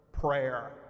prayer